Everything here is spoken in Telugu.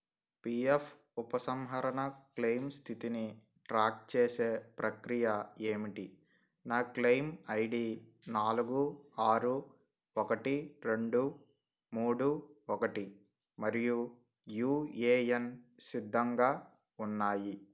పీఎఫ్ ఉపసంహరణ క్లెయిమ్ స్థితిని ట్రాక్ చేసే ప్రక్రియ ఏమిటి నా క్లెయిమ్ ఐడి నాలుగు ఆరు ఒకటి రెండు మూడు ఒకటి మరియు యుఏఎన్ సిద్ధంగా ఉన్నాయి